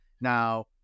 Now